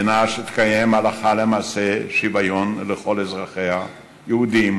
מדינה שתקיים הלכה למעשה שוויון לכל אזרחיה: יהודים,